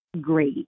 great